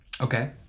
Okay